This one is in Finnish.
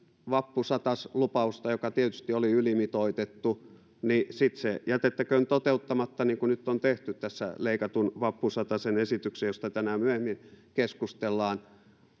vappusataslupausta joka tietysti oli ylimitoitettu niin sitten se jätettäköön toteuttamatta niin kuin nyt on tehty tässä leikatun vappusatasen esityksestä josta tänään myöhemmin keskustellaan